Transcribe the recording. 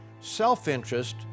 self-interest